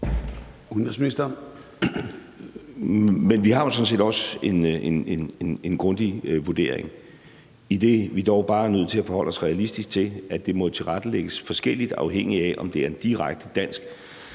Men vi har jo sådan set også en grundig vurdering, idet vi dog bare er nødt til at forholde os realistisk til, at det må tilrettelægges forskelligt, afhængigt af om det er en direkte dansk